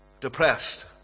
depressed